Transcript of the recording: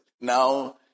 now